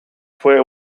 fue